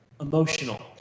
emotional